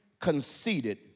conceited